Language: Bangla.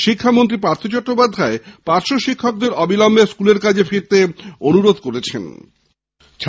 শিক্ষামন্ত্রী পার্থ চট্টোপাধ্যায় পার্শ্ব শিক্ষকদের অবিলম্বে স্কুলের কাজে ফিরতে অনুরোধ করেছেন